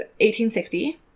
1860